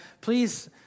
please